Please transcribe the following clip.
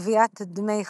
גביית דמי חסות,